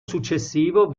successivo